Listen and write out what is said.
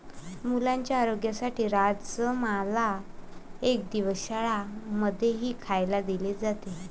मुलांच्या आरोग्यासाठी राजमाला एक दिवस शाळां मध्येही खायला दिले जाते